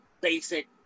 basic